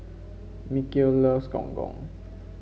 Mikel loves Gong Gong